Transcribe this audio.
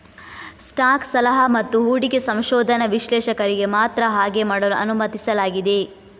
stock ಸಲಹಾ ಮತ್ತು ಹೂಡಿಕೆ ಸಂಶೋಧನಾ ವಿಶ್ಲೇಷಕರಿಗೆ ಮಾತ್ರ ಹಾಗೆ ಮಾಡಲು ಅನುಮತಿಸಲಾಗಿದೆ